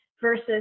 versus